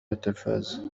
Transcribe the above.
التلفاز